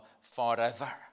forever